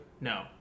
No